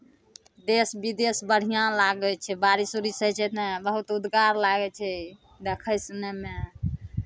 देश विदेश बढ़िआँ लागै छै बारिश उरिश होइ छै ने बहुत उद्गार लागै छै देखय सुनयमे